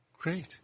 Great